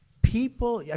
people yeah